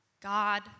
God